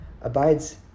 abides